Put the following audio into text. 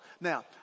Now